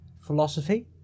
philosophy